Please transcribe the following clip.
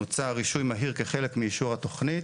מוצע רישוי מהיר כחלק מאישור התכנית.